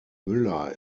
müller